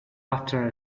after